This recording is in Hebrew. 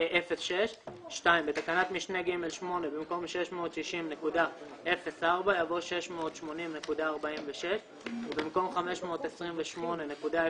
(2)בתקנת משנה (ג)(8) במקום "660.04" יבוא "680.46" ובמקום "ו-528.04"